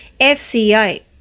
FCI